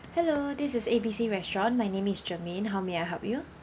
hello this is A B C restaurant my name is charmaine how may I help you